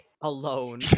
alone